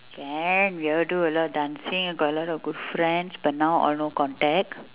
can we all do a lot dancing got a lot of good friends but now all no contact